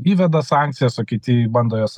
įveda sankcijas o kiti bando juos